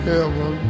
Heaven